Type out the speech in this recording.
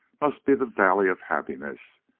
must be the valley of happiness,